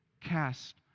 cast